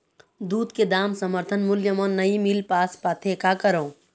दूध के दाम समर्थन मूल्य म नई मील पास पाथे, का करों?